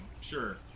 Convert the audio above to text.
sure